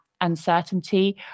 uncertainty